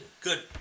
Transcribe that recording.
Good